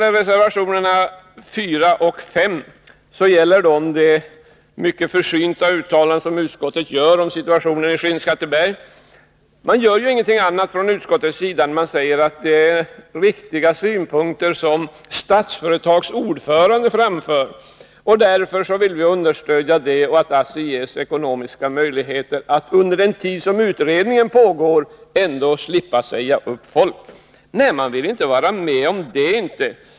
Reservationerna 4 och 5 gäller det mycket försynta uttalande som utskottet gör om situationen i Skinnskatteberg. Men utskottet gör ju inget annat än säger att det är riktiga synpunkter som Statsföretags ordförande framför och att man därför vill understödja dem och att ASSI ges ekonomiska möjligheter att under den tid som utredning pågår ändå slippa säga upp folk. Men nej, de borgerliga vill inte vara med om detta.